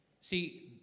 See